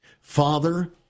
Father